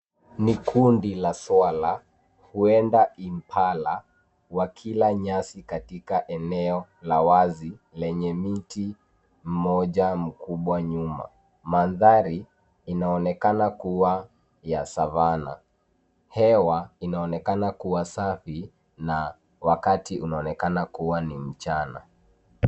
Ni kundi la swala huenda Impala wakila nyasi katika eneo la wazi lenye mti mmoja mkubwa nyuma. Mandhari inaonekana kuwa ya savana. Hewa inaonekana kuwa safi na wakati unaonekana kuwa ni mchana.